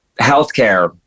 healthcare